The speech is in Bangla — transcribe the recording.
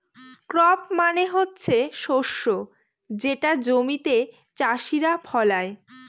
ক্রপ মানে হচ্ছে শস্য যেটা জমিতে চাষীরা ফলায়